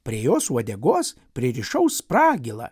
prie jos uodegos pririšau spragilą